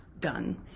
done